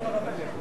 רבותי,